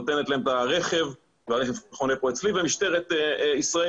נותן להם את הרכב והרכב חונה פה אצלי ומשטרת ישראל,